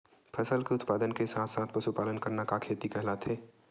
फसल के उत्पादन के साथ साथ पशुपालन करना का खेती कहलाथे?